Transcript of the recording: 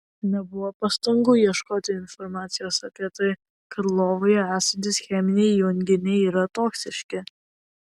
nebuvo pastangų ieškoti informacijos apie tai kad lovoje esantys cheminiai junginiai yra toksiški